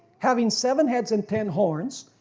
having seven heads and ten horns,